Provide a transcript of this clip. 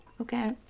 Okay